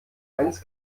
eins